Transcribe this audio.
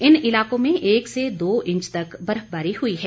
इन इलाकों में एक से दो इंच तक बर्फबारी हई है